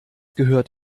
gehört